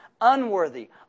unworthy